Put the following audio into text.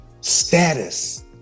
status